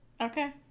Okay